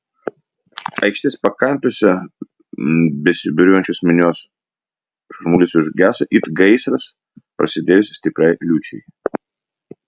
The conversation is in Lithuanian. aikštės pakampiuose besibūriuojančios minios šurmulys užgeso it gaisras prasidėjus stipriai liūčiai